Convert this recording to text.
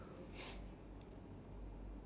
like what what was your